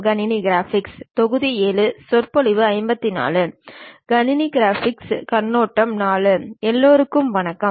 கணினி கிராபிக்ஸ் கண்ணோட்டம் IV எல்லோருக்கும் வணக்கம்